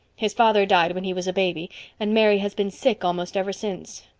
his father died when he was a baby and mary has been sick almost ever since.